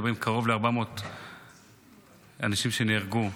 מדברים על קרוב ל-400 אנשים שנהרגו.